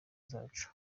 zacu